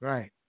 Right